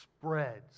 spreads